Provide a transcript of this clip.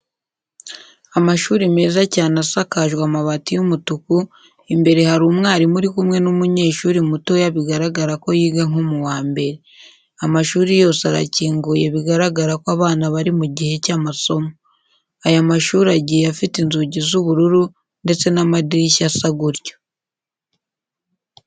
Amashuri meza cyane asakajwe amabati y'umutuku, imbere hari umwarimu uri kumwe n'umunyeshuri mutoya bigaragara ko yiga nko mu wa mbere. Amashuri yose arakinguye bigaragara ko abana bari mu gihe cy'amasomo. Aya mashuri agiye afite inzugi z'ubururu ndetse n'amadirishya asa gutyo.